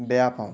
বেয়া পাওঁ